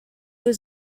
was